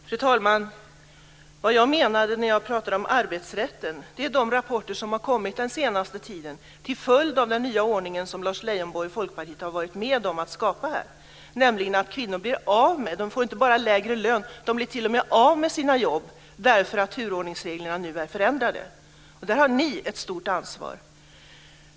Fru talman! Vad jag menade när jag pratade om arbetsrätten var de rapporter som har kommit den senaste tiden till följd av den nya ordning som Lars Leijonborg och Folkpartiet har varit med om att skapa. Kvinnor får nämligen inte bara lägre lön utan blir t.o.m. av med sina jobb därför att turordningsreglerna nu är förändrade. Där har ni ett stort ansvar.